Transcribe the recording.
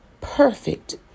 perfect